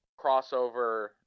crossover